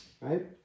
right